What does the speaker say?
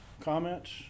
Comments